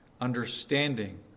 Understanding